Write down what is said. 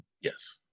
Yes